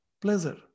pleasure